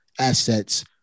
assets